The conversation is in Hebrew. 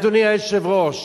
אדוני היושב-ראש,